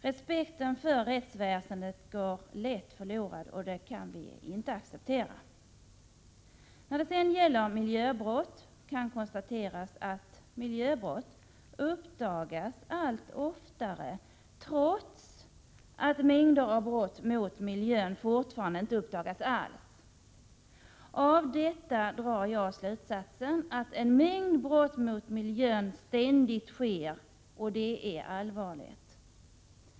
Respekten för rättsväsendet går lätt förlorad, och det kan vi inte acceptera. Vad sedan miljöbrott beträffar kan konstateras att miljöbrott uppdagas allt oftare — trots att mängder av brott mot miljön fortfarande inte uppdagas alls! Av detta drar jag slutsatsen att en mängd brott mot miljön ständigt sker, och det är allvarligt.